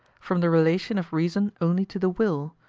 from the relation of reason only to the will,